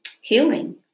healing